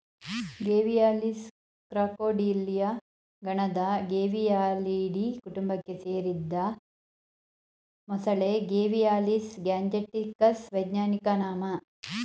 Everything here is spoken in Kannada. ಗೇವಿಯಾಲಿಸ್ ಕ್ರಾಕೊಡಿಲಿಯ ಗಣದ ಗೇವಿಯಾಲಿಡೀ ಕುಟುಂಬಕ್ಕೆ ಸೇರಿದ ಮೊಸಳೆ ಗೇವಿಯಾಲಿಸ್ ಗ್ಯಾಂಜೆಟಿಕಸ್ ವೈಜ್ಞಾನಿಕ ನಾಮ